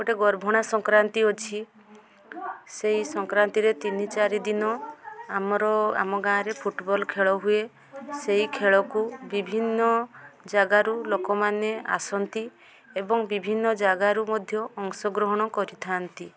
ଗୋଟେ ଗର୍ଭଣା ସଂକ୍ରାନ୍ତି ଅଛି ସେଇ ସଂକ୍ରାନ୍ତିରେ ତିନି ଚାରି ଦିନ ଆମର ଆମ ଗାଁରେ ଫୁଟବଲ୍ ଖେଳ ହୁଏ ସେଇ ଖେଳକୁ ବିଭିନ୍ନ ଯାଗାରୁ ଲୋକମାନେ ଆସନ୍ତି ଏବଂ ବିଭିନ୍ନ ଯାଗାରୁ ମଧ୍ୟ ଅଂଶ ଗ୍ରହଣ କରିଥାନ୍ତି